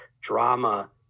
drama